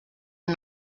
are